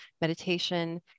meditation